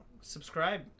Subscribe